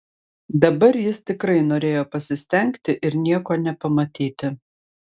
dabar jis tikrai norėjo pasistengti ir nieko nepamatyti